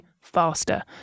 faster